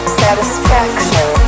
satisfaction